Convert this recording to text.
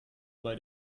bei